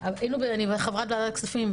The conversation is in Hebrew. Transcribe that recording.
בתור חברת ועדת כספים,